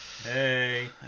Hey